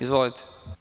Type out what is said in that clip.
Izvolite.